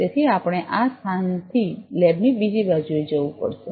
તેથી આપણે આ સ્થાનથી લેબની બીજી બાજુએ જવું પડશે